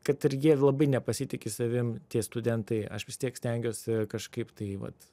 kad ir jie labai nepasitiki savim tie studentai aš vis tiek stengiuosi kažkaip tai vat